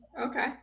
Okay